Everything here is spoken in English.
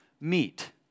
meet